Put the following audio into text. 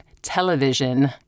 television